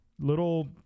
little